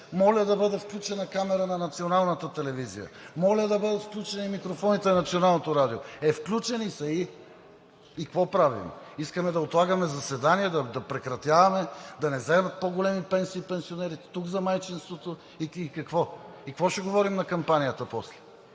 моля да бъде включена камерата на Националната телевизия; моля да бъдат включени микрофоните на Националното радио. Е, включени са, и?! И какво правим?! Искаме да отлагаме заседание, да прекратяваме, да не вземат по-големи пенсии пенсионерите, за майчинството също. И какво?! Какво ще говорим на кампанията после?!